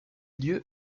lieux